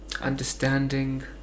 understanding